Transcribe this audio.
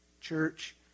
church